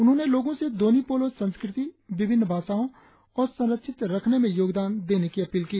उन्होंने लोगों से दोन्यी पोलो संस्कृति विप्रिन्न शाषाओं और संरक्षित रखने में योगदान देने की अपील की